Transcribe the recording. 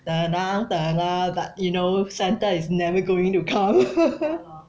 等啊等啊 but you know santa is not going to come